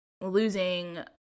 losing